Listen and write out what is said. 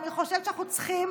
אני חושבת שאנחנו צריכים